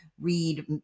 Read